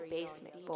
Basement